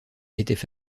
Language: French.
étaient